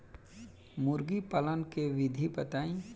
मुर्गी पालन के विधि बताई?